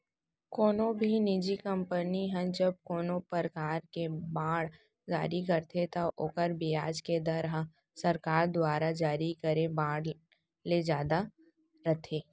कोनो भी निजी कंपनी ह जब कोनों परकार के बांड जारी करथे त ओकर बियाज के दर ह सरकार दुवारा जारी करे बांड ले जादा रथे